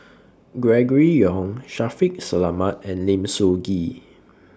Gregory Yong Shaffiq Selamat and Lim Soo Ngee